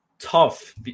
tough